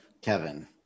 Kevin